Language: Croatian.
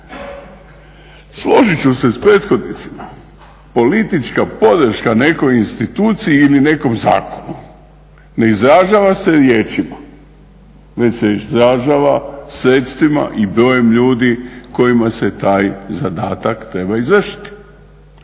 Složit ću se s prethodnicima, politička podrška nekoj instituciji ili nekom zakonu ne izražava se riječima već se izražava sredstvima i broj ljudi kojima se taj zadatak treba izvršiti.